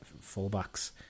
full-backs